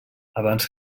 abans